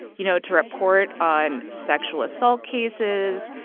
you know, to report on sexual assault cases,